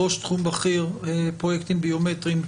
ראש תחום בכיר פרויקטים ביומטריים,